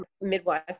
midwife